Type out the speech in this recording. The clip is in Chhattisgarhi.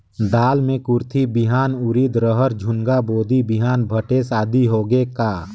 दाल मे कुरथी बिहान, उरीद, रहर, झुनगा, बोदी बिहान भटेस आदि होगे का?